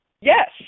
Yes